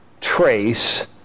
trace